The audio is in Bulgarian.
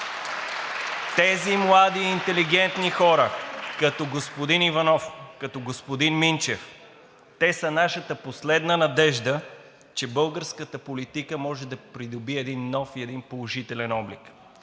Тези млади интелигентни хора, като господин Иванов, като господин Минчев, те са нашата последна надежда, че българската политика може да придобие един нов и един положителен облик.